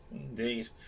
Indeed